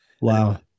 Wow